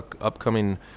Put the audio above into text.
upcoming